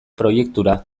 proiektura